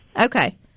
Okay